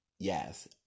Yes